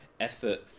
effort